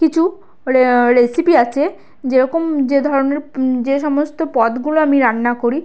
কিছু রে রেসিপি আছে যেরকম যে ধরনের যে সমস্ত পদগুলো আমি রান্না করি